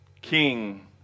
king